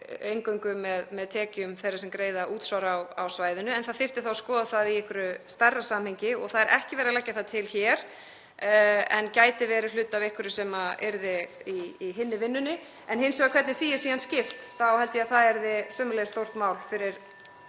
eingöngu með tekjum þeirra sem greiða útsvar á svæðinu, þá þyrfti að skoða það í einhverju stærra samhengi. Það er ekki verið að leggja það til hér en gæti verið hluti af einhverju sem yrði í hinni vinnunni. (Forseti hringir.) Hins vegar hvernig því er síðan skipt þá held ég að það yrði sömuleiðis stórt mál fyrir